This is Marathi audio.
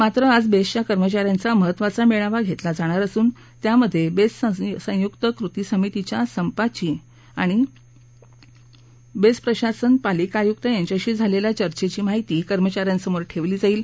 मात्र आज बेस्टच्या कर्मचाऱ्यांचा महत्वाचा मेळावा घेण्यात येणार असून त्यामध्ये बेस्ट संयुक्त कृती समितीच्या संपाची आणि बेस्ट प्रशासन पालिका आयुक्त यांच्याशी झालेल्या चर्चेबाबत सर्व माहिती कर्मचाऱ्यांसमोर ठेवण्यात येणार आहे